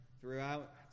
throughout